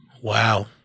Wow